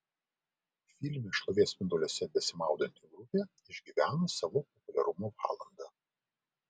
filme šlovės spinduliuose besimaudanti grupė išgyvena savo populiarumo valandą